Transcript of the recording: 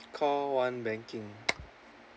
call one banking